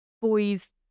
boys